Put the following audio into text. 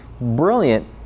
Brilliant